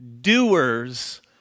doers